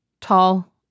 Tall